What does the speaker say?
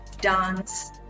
dance